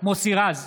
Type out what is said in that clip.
מוסי רז,